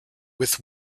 with